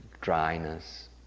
dryness